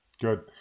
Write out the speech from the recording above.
good